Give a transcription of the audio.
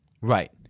Right